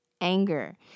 anger